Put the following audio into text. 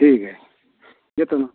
ठीक आहे येतो मग